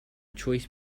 choice